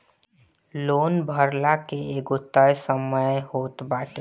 loan भरला के एगो तय समय होत बाटे